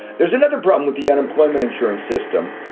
there's another problem with the unemployment insurance system,